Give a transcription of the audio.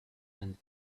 end